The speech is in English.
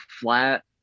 flat